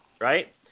right